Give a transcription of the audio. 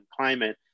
climate